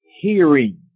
Hearing